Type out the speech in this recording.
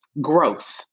growth